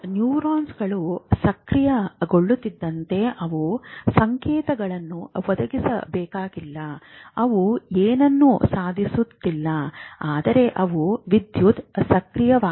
ನ್ಯೂರಾನ್ಗಳು ಸಕ್ರಿಯಗೊಳ್ಳುತ್ತಿದ್ದಂತೆ ಅವು ಸಂಕೇತಗಳನ್ನು ಒದಗಿಸಬೇಕಾಗಿಲ್ಲ ಅವು ಏನನ್ನೂ ಸಾಧಿಸುತ್ತಿಲ್ಲ ಆದರೆ ಅವು ವಿದ್ಯುತ್ ಸಕ್ರಿಯವಾಗಿವೆ